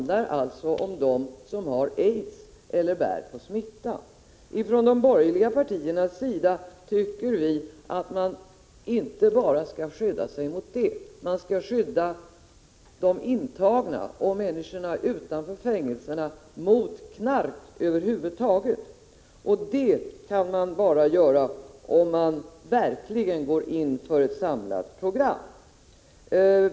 Men det handlar då om dem som har aids eller bär på smittan. Från de borgerliga partiernas sida tycker vi att man inte bara skall skydda sig mot det. Man skall skydda de intagna och människorna utanför fängelserna mot knark över huvud taget. Det kan man bara göra om man verkligen går in för ett samlat program.